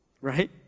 Right